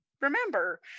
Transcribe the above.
remember